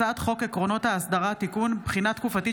הצעת חוק עקרונות האסדרה (תיקון) (בחינה תקופתית